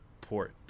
port